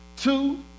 Two